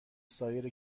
سایر